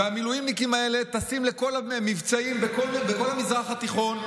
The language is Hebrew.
והמילואימניקים האלה טסים לכל המבצעים בכל המזרח התיכון.